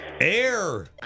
Air